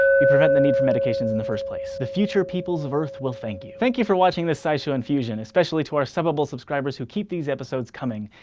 you prevent the need for medications in the first place. the future peoples of earth will thank you. thank you for watching this scishow infusion, especially to our subbable subscribers who keep these episodes coming.